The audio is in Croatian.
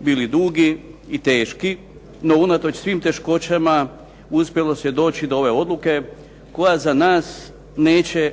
bili dugi i teški. No unatoč svim teškoćama uspjelo se doći do ove odluke koja za nas neće